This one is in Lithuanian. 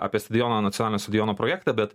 apie stadiono nacionalinio stadiono projektą bet